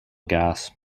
gas